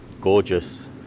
gorgeous